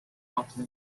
often